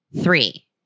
Three